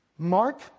Mark